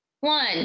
one